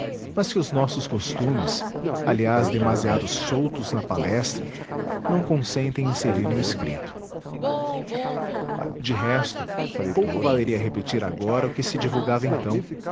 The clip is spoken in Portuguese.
mas que os nossos costumes aliás demasiado soltos na palestra não consentem inserir no escrito de resto pouco valeria repetir agora o que se divulgava então